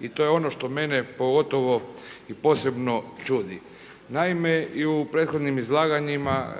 i to je ono što mene pogotovo i posebno čudi. Naime, i u prethodnim izlaganjima